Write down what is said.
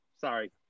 Sorry